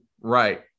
right